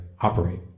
operate